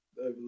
over